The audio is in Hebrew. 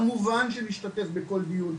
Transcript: כמובן שנשתתף בכל דיון,